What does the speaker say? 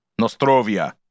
nostrovia